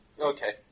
okay